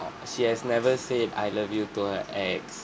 uh she has never said I love you to her ex